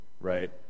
Right